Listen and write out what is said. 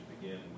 begin